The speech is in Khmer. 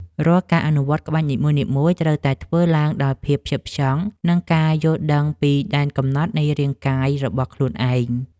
រាល់ការអនុវត្តក្បាច់នីមួយៗ ត្រូវតែធ្វើឡើងដោយភាពផ្ចិតផ្ចង់ និងការយល់ដឹងពីដែនកំណត់នៃរាងកាយរបស់ខ្លួនឯង។